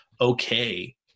okay